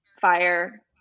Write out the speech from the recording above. fire